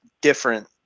different